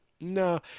No